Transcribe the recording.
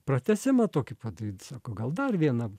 pratęsimą tokį padaryt sako gal dar vieną